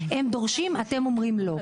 הם דורשים ואתם אומרים לא.